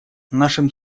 нашим